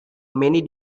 many